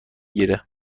گیره